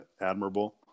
admirable